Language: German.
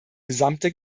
gesamte